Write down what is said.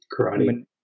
Karate